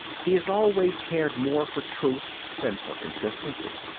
he has always cared more for truth than for consistency.